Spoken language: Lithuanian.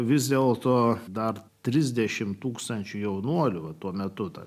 vis dėlto dar trisdešim tūkstančių jaunuolių tuo metu dar